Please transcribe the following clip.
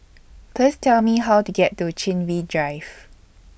Please Tell Me How to get to Chin Bee Drive